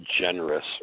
generous